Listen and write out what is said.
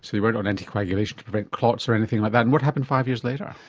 so you weren't on anticoagulation to prevent clots or anything like that. and what happened five years later?